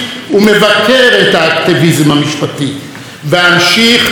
ואמשיך לומר בקול רם וגאה: